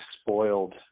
spoiled